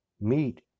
meet